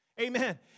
Amen